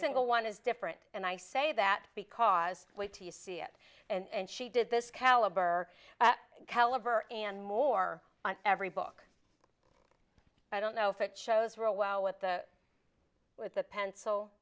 single one is different and i say that because wait till you see it and she did this caliber caliber and more on every book i don't know if it shows real well with the with the